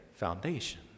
Foundation